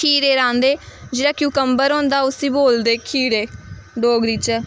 खीरे रांह्दे जेह्ड़ा क्यूकंबर होंदा उस्सी बोलदे खीरे डोगरी च